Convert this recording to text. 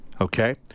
okay